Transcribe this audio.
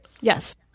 Yes